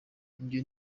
ibyo